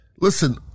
listen